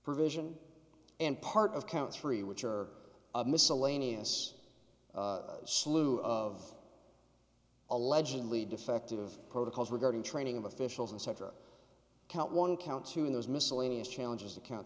provision and part of count three which are miscellaneous slew of allegedly defective protocols regarding training of officials and cetera count one count two in those miscellaneous challenges that count